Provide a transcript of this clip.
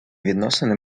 відносини